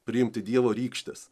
priimti dievo rykštės